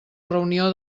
reunió